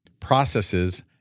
processes